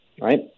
right